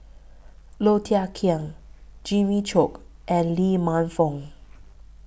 Low Thia Khiang Jimmy Chok and Lee Man Fong